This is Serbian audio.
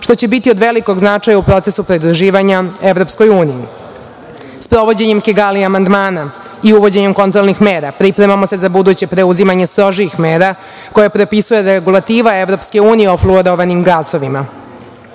što će biti od velikog značaja u procesu pridruživanja EU.Sprovođenjem Kigali amandmana i uvođenjem kontrolnih mera pripremamo se za buduće preuzimanje strožih mera, koje propisuje da regulativa EU o fluorovanim gasovima.